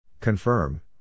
Confirm